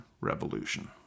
revolution